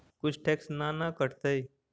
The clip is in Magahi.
कुछ टैक्स ना न कटतइ?